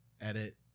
edit